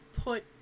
put